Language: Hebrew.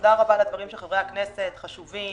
תודה רבה לדברים של חברי הכנסת חשובים,